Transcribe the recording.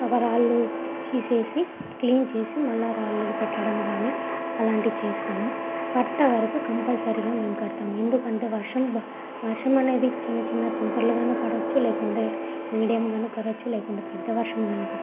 ఆ రాళ్లు తీసేసి క్లీన్ చేసి మళ్ళా రాళ్ళు పెట్టడం కానీ అలాంటివి చేస్తాము పట్ట వరకు కంపల్సరిగా మేమ్ కడతాము ఎందుకంటే వర్షం బ వర్షమనేది చిన్నచిన్న తుంపర్లుగా పడచ్చు లేకుంటే మీడియంగా అన్నా పడచ్చు లేకుంటే పెద్దవర్షం అన్నా పడ